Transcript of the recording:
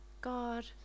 God